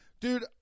Dude